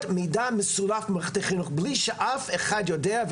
מידע מסולף למערכת החינוך בלי שאף אחד יודע,